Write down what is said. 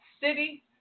city